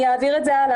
אני אעביר את זה הלאה.